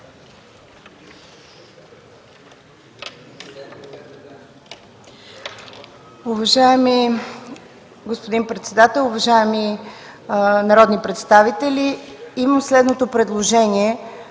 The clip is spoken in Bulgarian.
Уважаеми господин председател, уважаеми народни представители! Имам следното предложение,